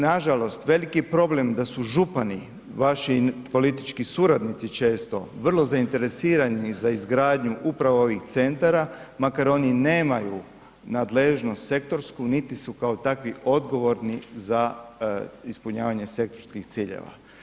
Nažalost, veliki problem da su župani i vaši politički suradnici često vrlo zainteresirani za izgradnju upravo ovih centara, makar oni nemaju nadležnost sektorsku niti su kao takvi odgovorni za ispunjavanje sektorskih ciljeva.